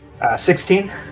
16